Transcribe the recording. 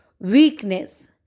weakness